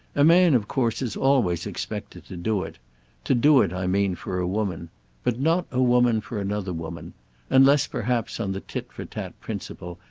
a man of course is always expected to do it to do it, i mean, for a woman but not a woman for another woman unless perhaps on the tit-for-tat principle,